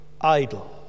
idol